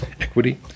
equity